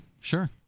Sure